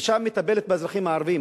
ושם היא מטפלת באזרחים הערבים.